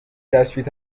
دستشویی